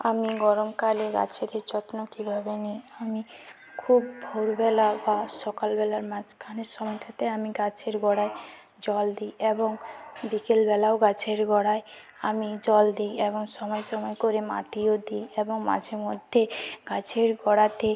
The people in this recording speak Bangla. আমি গরমকালে গাছেদের যত্ন কীভাবে নিই আমি খুব ভোরবেলা বা সকালবেলার মাঝখানের সময়টাতে আমি গাছের গোড়ায় জল দিই এবং বিকেলবেলাও গাছের গোড়ায় আমি জল দিই এবং সময় সময় করে মাটিও দিই এবং মাঝে মধ্যে গাছের গোড়াতে